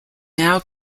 now